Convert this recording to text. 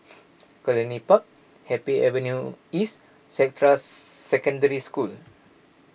Cluny Park Happy Avenue East Secondary School